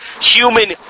human